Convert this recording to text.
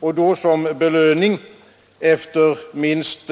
Och då bör den ges som belöning för minst